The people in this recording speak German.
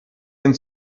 den